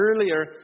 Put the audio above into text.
earlier